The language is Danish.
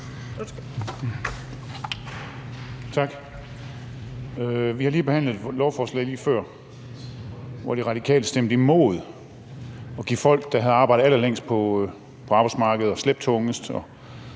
Tak. Vi har lige før behandlet et lovforslag, hvor De Radikale stemte imod at lade folk, der havde arbejdet allerlængst på arbejdsmarkedet og slæbt tungest